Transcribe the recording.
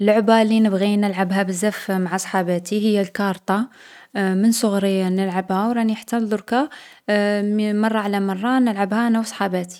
اللعبة لي نبغي نلعبها بزاف مع صحاباتي هي الكارطة. من صغري نلعبها و راني حتى لضركا مـ مرة على مرة نلعبها أنا و صحاباتي.